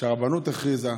הרבנות הכריזה.